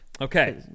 Okay